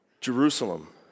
Jerusalem